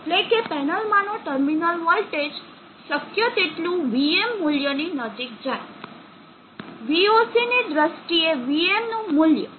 એટલેકે પેનલમાંનો terminal voltage શક્ય તેટલું vm મૂલ્યની નજીક જાય voc ની દ્રષ્ટિએ vm નુંમૂલ્ય